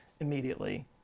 immediately